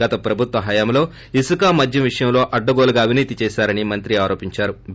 గత ప్రభుత్వ హయాంలో ఇసుక మద్వం విషయంలో అడ్డగోలుగా అవినీతో చేశారని మంత్రి ేపర్కొన్నారు